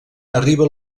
arriba